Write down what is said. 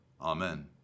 Amen